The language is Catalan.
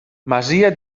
masia